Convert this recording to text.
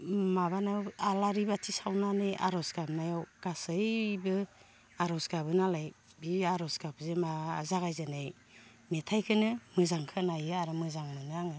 माबानायाव आलारि बाथि सावनानै आर'ज गाबनायाव गासैबो आर'ज गाबो नालाय बि आर'ज गाब जे मा जागायजेननाय मेथाइखोनो मोजां खोनायो आरो मोजां मोनो आङो